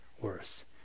worse